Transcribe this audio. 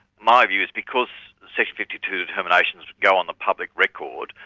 my view is because section fifty two determinations go on the public record,